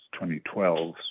2012